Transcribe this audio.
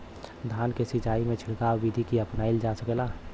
धान के सिचाई में छिड़काव बिधि भी अपनाइल जा सकेला?